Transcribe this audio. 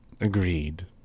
Agreed